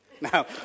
now